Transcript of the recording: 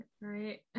right